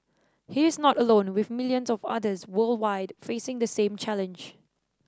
he is not alone with millions of others worldwide facing the same challenge